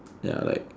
ya like